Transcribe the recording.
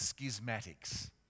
schismatics